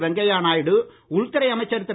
வெங்கய்ய நாயுடு உள்துறை அமைச்சர் திரு